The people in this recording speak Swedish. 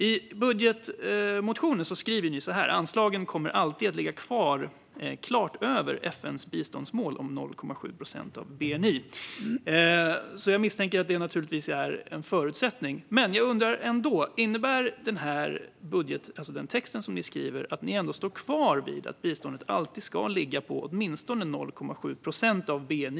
I budgetmotionen skriver ni så här: Anslagen kommer alltid att ligga klart över FN:s biståndsmål om 0,7 procent av bni. Jag misstänker naturligtvis att det är en förutsättning. Men jag undrar om det som ni skriver innebär att ni ändå står kvar vid att biståndet alltid ska ligga på åtminstone 0,7 procent av bni.